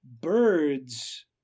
birds